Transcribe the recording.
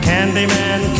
Candyman